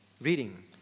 Reading